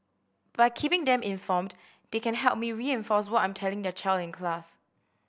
by keeping them informed they can help me reinforce what I'm telling their child in class